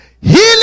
Healing